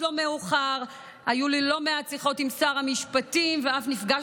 מעצרים, מעצרי מנע, הגיעו לבתים ועצרו אנשים.